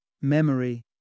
memory